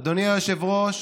אדוני היושב-ראש,